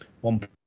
one